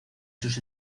sus